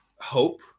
hope